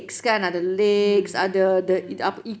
mm mm